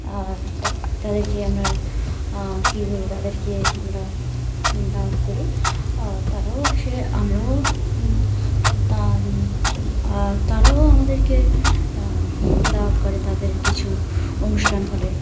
এক তাদেরকে আমরা কী বলবো তাদেরকে আমরা দাওয়াত করি তারাও আসে আমরাও তারাও আমাদেরকে দাঁওয়াত করে তাদের কিছু অনুষ্ঠান হলে